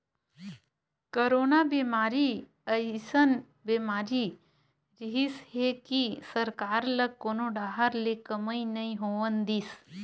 corona बेमारी अइसन बीमारी रिहिस हे कि सरकार ल कोनो डाहर ले कमई नइ होवन दिस